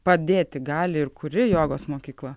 padėti gali ir kuri jogos mokykla